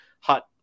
hot